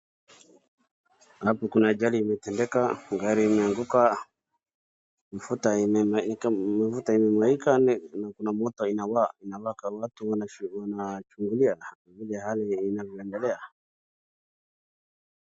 Hapo kuna ajali imetendeka, gari imeanguka, mafuta imemwagika na kuna moto inawaka watu wanachungulia vile hali inaendelea.